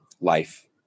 life